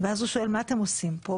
ואז הוא שואל: מה אתם עושים פה?